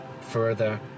further